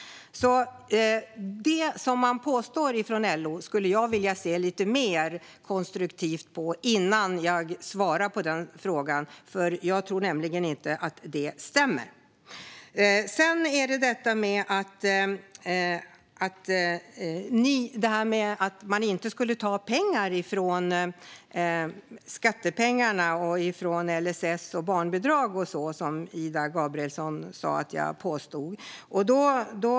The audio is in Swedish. Jag skulle vilja se lite mer konstruktivt på det man påstår från LO innan jag svarar på den frågan, för jag tror inte att det stämmer. Sedan var det det här med att man inte skulle ta från skattepengar, från LSS och från barnbidrag och sådant som Ida Gabrielsson sa att jag påstod.